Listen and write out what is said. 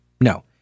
No